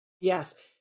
Yes